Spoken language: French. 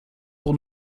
pour